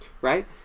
Right